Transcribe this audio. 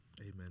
Amen